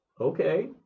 okay